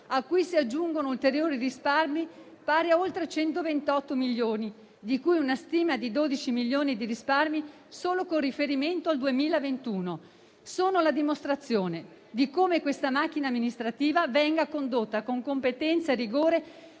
a cui si aggiungono ulteriori risparmi pari a oltre 128 milioni, di cui una stima di 12 milioni di risparmi solo con riferimento al 2021. Sono la dimostrazione di come questa macchina amministrativa venga condotta con competenza e rigore,